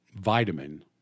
vitamin